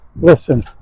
Listen